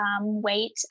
weight